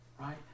Right